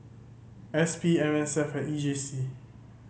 S P M S F E J C